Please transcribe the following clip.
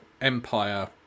Empire